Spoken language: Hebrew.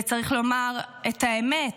וצריך לומר את האמת,